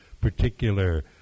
particular